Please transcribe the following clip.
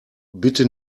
bitte